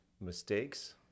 mistakes